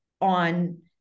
on